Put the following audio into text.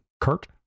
Kurt